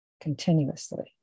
continuously